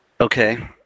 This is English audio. Okay